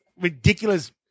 ridiculous